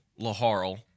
laharl